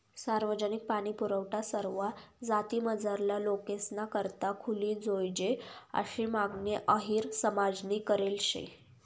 सार्वजनिक पाणीपुरवठा सरवा जातीमझारला लोकेसना करता खुली जोयजे आशी मागणी अहिर समाजनी करेल शे